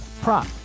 prop